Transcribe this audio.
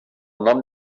nom